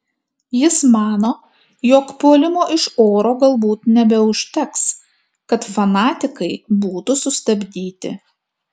jis mano jog puolimo iš oro galbūt nebeužteks kad fanatikai būtų sustabdyti